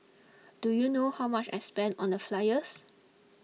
do you know how much I spent on the flyers